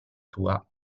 tua